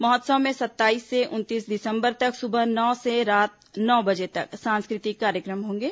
महोत्सव में सत्ताईस से उनतीस दिसंबर तक सुबह नौ से रात नौ बजे तक सांस्कृतिक कार्यक्रम होंगे